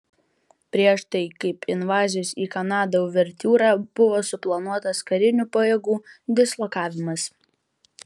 prieš tai kaip invazijos į kanadą uvertiūra buvo suplanuotas karinių pajėgų dislokavimas